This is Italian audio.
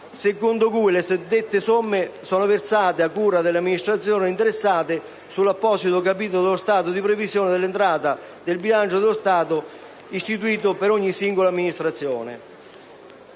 secondo il quale le suddette somme sono versate, a cura delle amministrazioni interessate, sull'apposito capitolo dello stato di previsione dell'entrata del bilancio dello Stato, istituito per ogni singola amministrazione.